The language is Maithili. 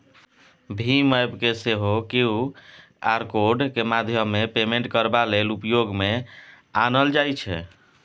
भीम एप्प केँ सेहो क्यु आर कोडक माध्यमेँ पेमेन्ट करबा लेल उपयोग मे आनल जाइ छै